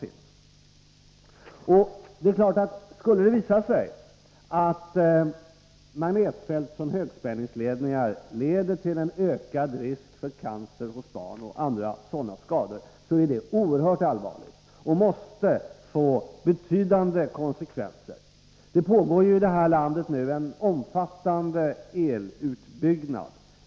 8 december 1983 Om det skulle visa sig att magnetfält från högspänningsledningar leder till ökad risk för cancer hos barn och till andra sådana skador är detta självfallet oerhört allvarligt och måste få betydande konsekvenser. Det pågår ju i det verkningar av höghär landet en omfattande elutbyggnad.